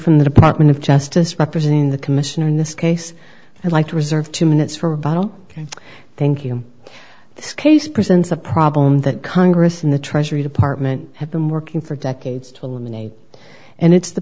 from the department of justice representing the commission in this case i'd like to reserve two minutes for rebuttal thank you this case presents a problem that congress and the treasury department have been working for decades to eliminate and it's the